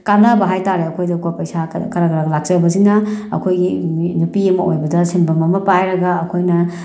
ꯀꯥꯟꯅꯕ ꯍꯥꯏ ꯇꯥꯔꯦ ꯑꯩꯈꯣꯏꯗꯀꯣ ꯄꯩꯁꯥ ꯈꯔ ꯈꯔ ꯈꯔ ꯂꯥꯛꯆꯕꯖꯁꯤꯅ ꯑꯩꯈꯣꯏꯒꯤ ꯅꯨꯄꯤ ꯑꯃ ꯑꯣꯏꯕꯗ ꯁꯤꯟꯐꯝ ꯑꯃ ꯄꯥꯏꯔꯒ ꯑꯩꯈꯣꯏꯅ